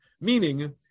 meaning